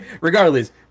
regardless